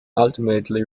ultimately